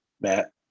Matt